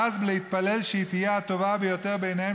ואז להתפלל שהיא תהיה הטובה ביותר בעיניהם